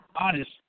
Honest